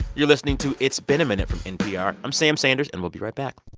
you're listening to it's been a minute from npr. i'm sam sanders, and we'll be right back